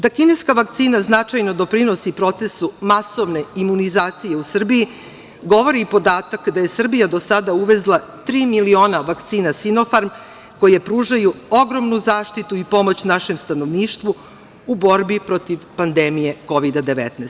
Da kineska vakcina značajno doprinosi procesu masovne imunizacije u Srbiji govori podatak da je Srbija do sada uvezla tri miliona vakcina „Sinofarm“, koje pružaju ogromnu zaštitu i pomoć našem stanovništvu u borbi protiv pandemije Kovida – 19.